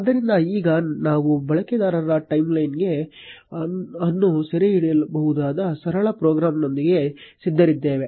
ಆದ್ದರಿಂದ ಈಗ ನಾವು ಬಳಕೆದಾರರ ಟೈಮ್ಲೈನ್ ಅನ್ನು ಸೆರೆಹಿಡಿಯಬಹುದಾದ ಸರಳ ಪ್ರೋಗ್ರಾಂನೊಂದಿಗೆ ಸಿದ್ಧರಿದ್ದೇವೆ